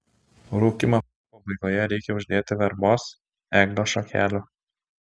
rūkymo pabaigoje reikia uždėti verbos ėglio šakelių